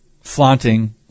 flaunting